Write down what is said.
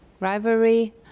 Rivalry